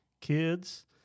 kids